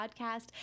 podcast